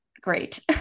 great